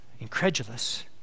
incredulous